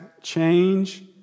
change